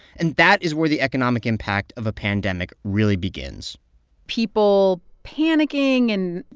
and that is where the economic impact of a pandemic really begins people panicking and.